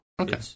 Okay